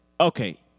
Okay